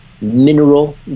mineral